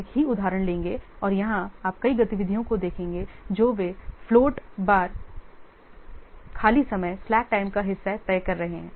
हम एक ही उदाहरण लेंगे और यहां आप कई गतिविधियों को देखेंगे जो वे फ्लोट बार खाली समय स्लैक टाइम का हिस्सा तय कर रहे हैं